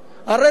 הרי זה מתבקש,